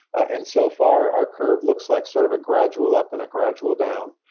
and so far, our curve looks like sort of a gradual up and a gradual down,